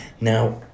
Now